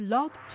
Love